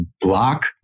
block